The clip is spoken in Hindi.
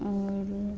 और